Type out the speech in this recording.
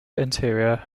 interior